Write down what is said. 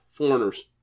foreigners